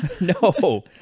No